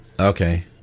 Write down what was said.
Okay